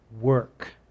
work